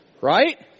right